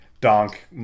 donk